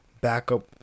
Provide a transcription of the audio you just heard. backup